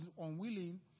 unwilling